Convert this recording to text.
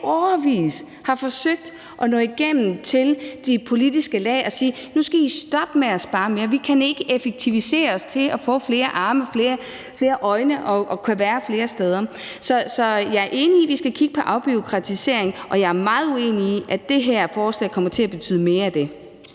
der i årevis har forsøgt at nå igennem til de politiske lag og har sagt: Nu skal I stoppe med at spare mere; vi kan ikke effektivisere os til at få flere arme og flere øjne og til at kunne være flere steder. Så jeg er enig i, at vi skal kigge på afbureaukratisering, men jeg er meget uenig i, at det her forslag kommer til at betyde mere af det.